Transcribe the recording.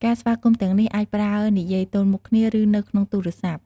ការស្វាគមន៍ទាំងនេះអាចប្រើនិយាយទល់មុខគ្នា ឬនៅក្នុងទូរសព្ទ។